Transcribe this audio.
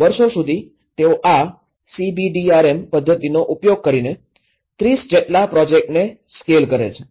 વર્ષો સુધી તેઓ આ સીબીડીઆરએમ પદ્ધતિનો ઉપયોગ કરીને 30 જેટલા પ્રોજેક્ટ્સને સ્કેલ કરે છે